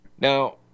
Now